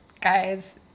Guys